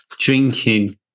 drinking